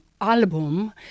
album